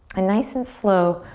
and nice and slow,